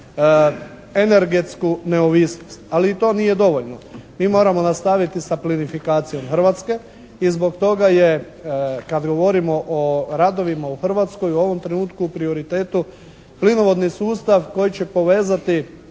Hrvatskoj u ovom trenutku u prioritetu plinovodni sustav koji će povezati